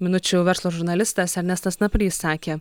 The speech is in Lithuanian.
minučių verslo žurnalistas ernestas naprys sakė